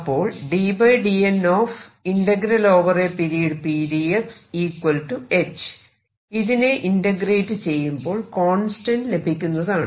അപ്പോൾ ഇതിനെ ഇന്റഗ്രേറ്റ് ചെയ്യുമ്പോൾ കോൺസ്റ്റന്റ് ലഭിക്കുന്നതാണ്